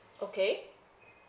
okay